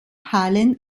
halen